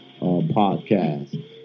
podcast